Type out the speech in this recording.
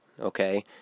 okay